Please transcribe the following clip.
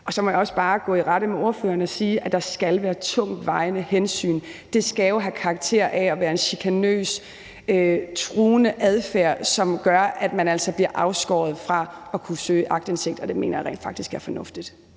Så må jeg også bare gå i rette med ordføreren og sige, at der skal være tungtvejende hensyn. Det skal jo have karakter af at være en chikanøs, truende adfærd, for at det gør, at man bliver afskåret fra at kunne søge aktindsigt, og det mener jeg rent faktisk er fornuftigt.